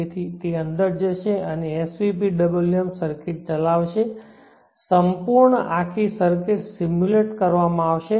તેથી તે અંદર જશે અને svpwm સર્કિટ ચલાવશે સંપૂર્ણ આખા સર્કિટ સીમ્યુલેટ કરવામાં આવશે